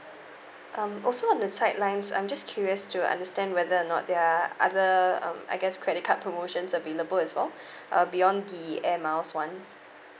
um also on the sidelines I'm just curious to understand whether or not there are other um I guess credit card promotions available as well uh beyond the air miles ones